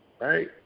right